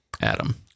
Adam